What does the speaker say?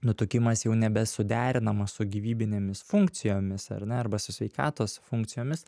nutukimas jau nebesuderinamas su gyvybinėmis funkcijomis ar ne arba su sveikatos funkcijomis